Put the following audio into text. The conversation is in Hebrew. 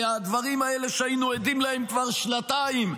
והדברים האלה שהיינו עדים להם כבר שנתיים,